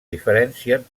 diferencien